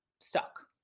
stuck